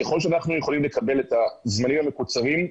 ככל שאנחנו יכולים לקבל את הזמנים המקוצרים,